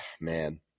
man –